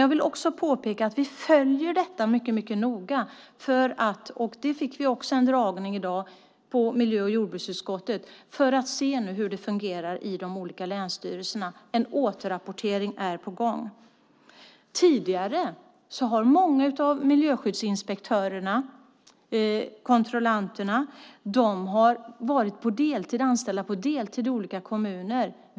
Jag vill också påpeka att vi följer detta - det fick vi också en föredragning av i miljö och jordbruksutskottet i dag - mycket noga för att se hur det fungerar i de olika länsstyrelserna. En återrapportering är på gång. Tidigare har många av miljöskyddsinspektörerna, kontrollanterna, varit anställda på deltid i olika kommuner.